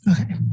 Okay